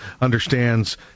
understands